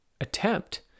attempt